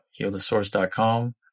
HealTheSource.com